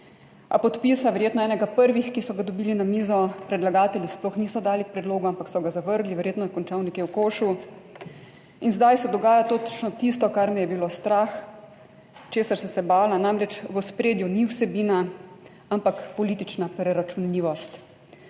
A podpisa, verjetno enega prvih, ki so ga dobili na mizo, predlagatelji sploh niso dali k predlogu, ampak so ga zavrgli, verjetno je končal nekje v košu. In zdaj se dogaja točno tisto, kar me je bilo strah, česar sem se bala. Namreč v ospredju ni vsebina, ampak politična preračunljivost.